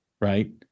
right